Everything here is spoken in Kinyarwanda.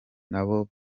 nabo